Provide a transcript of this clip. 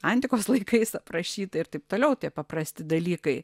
antikos laikais aprašyta ir taip toliau tie paprasti dalykai